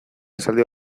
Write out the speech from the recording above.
esaldi